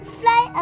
fly